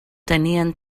tenien